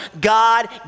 God